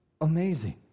amazing